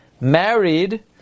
married